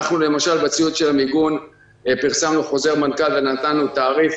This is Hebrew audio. למשל בציוד של המיגון פרסמנו חוזר מנכ"ל ונתנו תעריף